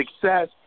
success